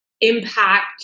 impact